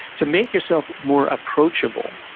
to make yourself more approachable,